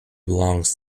belongs